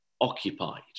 occupied